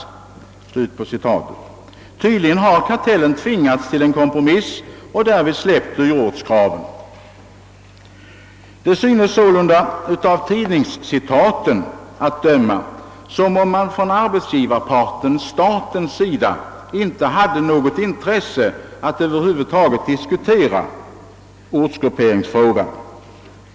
Tydligen har kartellen tvingats till en kompromiss och därmed släppt dyrortskravet. Det synes sålunda av tidningscitaten att döma som om arbetsgivarparten, d. v. s. staten, inte hade något som helst intresse av att diskutera ortsgrupperingsfrågan.